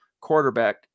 quarterback